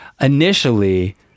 initially